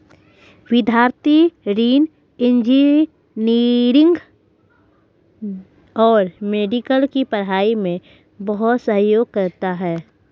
विद्यार्थी ऋण इंजीनियरिंग और मेडिकल की पढ़ाई में बहुत सहयोग करता है